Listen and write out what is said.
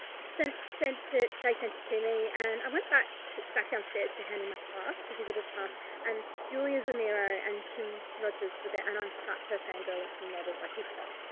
sent sent it, they sent it to me and i went back to back downstairs to handing my pass the visitor's pass and julia zemiro and tim rogers were there and i'm such a fan girl of tim rogers like he's hot.